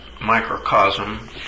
microcosm